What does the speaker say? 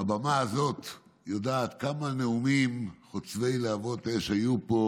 הבמה הזאת יודעת כמה נאומים חוצבי להבות היו פה